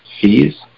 fees